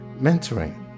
mentoring